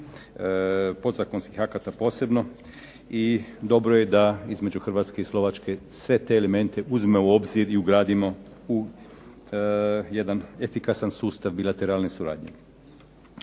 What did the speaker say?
podzakonskih akata posebno. I dobro je da između Hrvatske i Slovačke sve te elemente uzme u obzir i ugradimo u jedan efikasan sustav bilatelarne suradnje.